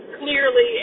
clearly